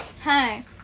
Hi